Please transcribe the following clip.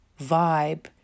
vibe